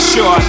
Sure